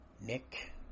Nick